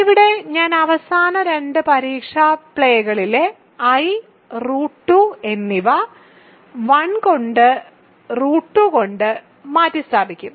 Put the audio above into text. ഇവിടെ ഞാൻ അവസാന രണ്ട് പരീക്ഷാ പ്ലേകളിലെ i √2 എന്നിവ 1 കൊണ്ട് 2 കൊണ്ട് മാറ്റിസ്ഥാപിക്കും